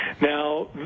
Now